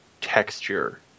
texture